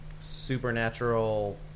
supernatural